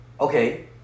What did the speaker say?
Okay